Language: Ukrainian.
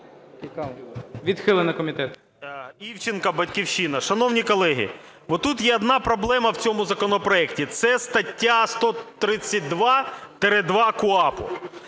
Відхилена комітетом.